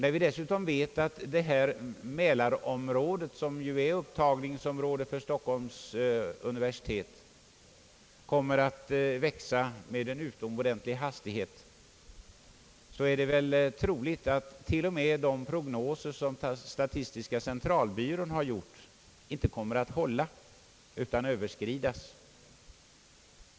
När vi dessutom vet att folkmängden i mälarområdet, som är upptagningsområde för Stockholms universitet, kommer att växa med utomordentlig hastighet, är det väl troligt att till och med de prognoser som statistiska centralbyrån har gjort kommer att överskridas.